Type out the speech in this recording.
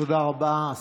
תודה רבה.